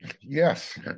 Yes